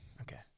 Okay